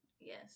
Yes